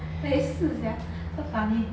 我也试 sia so funny